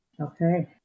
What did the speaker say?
Okay